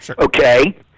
Okay